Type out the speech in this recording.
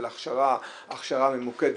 של הכשרה ממוקדת,